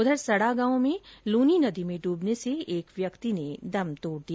उधर सड़ा गांव में लूनी नदी में डूबने से एक व्यक्ति ने दम तोड दिया